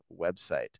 website